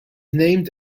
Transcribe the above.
named